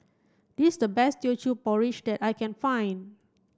this the best Teochew Porridge that I can find